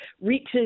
reaches